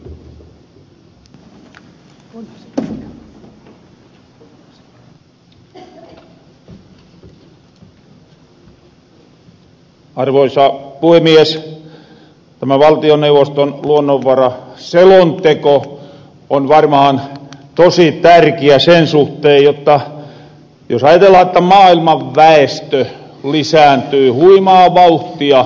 tämä valtioneuvoston luonnonvaraselonteko on varmahan tosi tärkiä sen suhteen jos ajatellahan että maailman väestö lisääntyy huimaa vauhtia